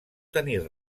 tenir